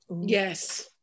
yes